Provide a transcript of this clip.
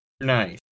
Nice